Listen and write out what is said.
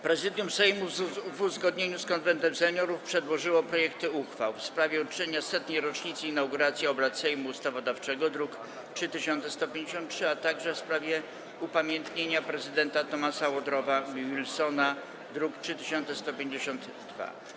Prezydium Sejmu, w uzgodnieniu z Konwentem Seniorów, przedłożyło projekty uchwał: w sprawie uczczenia 100. rocznicy inauguracji obrad Sejmu Ustawodawczego, druk nr 3153, a także w sprawie upamiętnienia prezydenta Thomasa Woodrowa Wilsona, druk nr 3152.